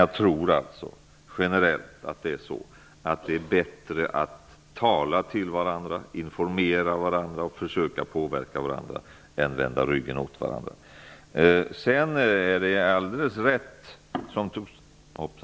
Jag tror att det generellt är bättre att tala till varandra, informera varandra och försöka påverka varandra än att vända ryggen åt varandra.